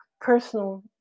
personal